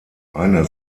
einer